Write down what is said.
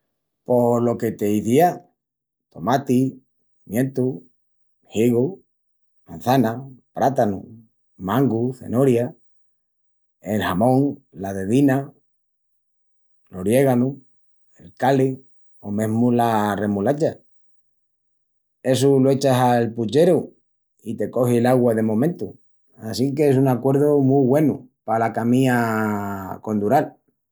Pos lo que t'izía: tomatis, pimientus, higus, mançanas, prátanus, mangus, cenorias, el jamón, la cezina, l'oriéganu, el kale o mesmu la remulacha. Essu lo echas al pucheru i te cogi l'augua de momentu, assinque es un acuerdu mu güenu pala comía condural.